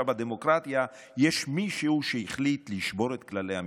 בדמוקרטיה יש מישהו שהחליט לשבור את כללי המשחק.